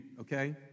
Okay